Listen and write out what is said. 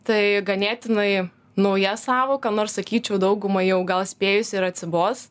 tai ganėtinai nauja sąvoka nors sakyčiau daugumai jau gal spėjusi ir atsibost